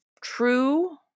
true